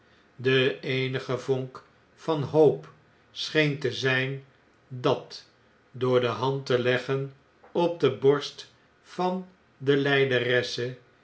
de eenige vonk van hoop scheen te zyn dat door de hand te leggen op de borst van de